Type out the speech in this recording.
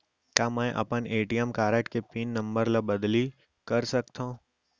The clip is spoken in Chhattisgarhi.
का मैं अपन ए.टी.एम कारड के पिन नम्बर ल बदली कर सकथव?